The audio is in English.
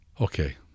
Okay